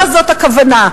לא זאת הכוונה.